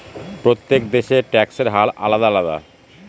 প্রত্যেক দেশের ট্যাক্সের হার আলাদা আলাদা